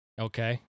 Okay